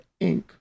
Inc